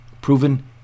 proven